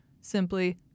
simply